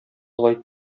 алай